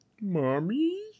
mommy